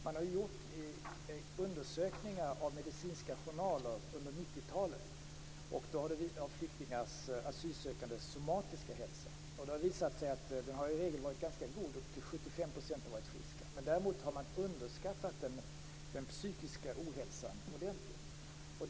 Det har gjorts undersökningar av medicinska journaler under 90-talet som gäller asylsökandes somatiska hälsa. Det har visat sig att den i regel har varit ganska god. Omkring 75 % har varit friska. Men däremot har man underskattat den psykiska ohälsan ordentligt.